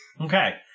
Okay